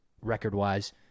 record-wise